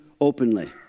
openly